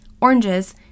oranges